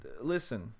listen